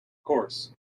course